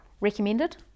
Recommended